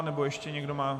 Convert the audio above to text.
Nebo ještě někdo má?